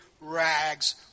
rags